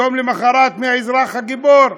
יום למחרת, מי האזרח הגיבור?